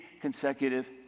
consecutive